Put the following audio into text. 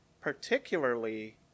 particularly